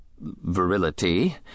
virility